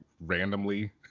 randomly